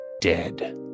dead